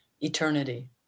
eternity